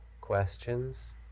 questions